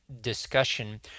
discussion